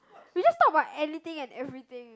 we just talk about anything and everything